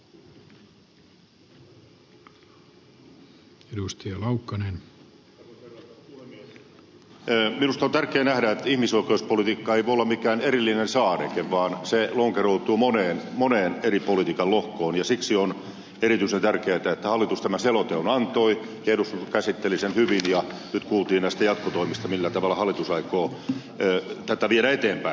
minusta on tärkeä nähdä että ihmisoikeuspolitiikka ei voi olla mikään erillinen saareke vaan se lonkeroituu moneen eri politiikan lohkoon ja siksi on erityisen tärkeätä että hallitus tämän selonteon antoi ja eduskunta käsitteli sen hyvin ja nyt kuultiin näistä jatkotoimista millä tavalla hallitus aikoo tätä viedä eteenpäin